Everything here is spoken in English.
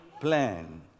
plan